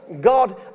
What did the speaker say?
God